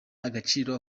agaciro